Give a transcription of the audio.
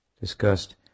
discussed